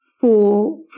four